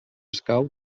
escau